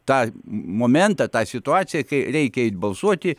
vat tą momentą tą situaciją kai reikia eit balsuoti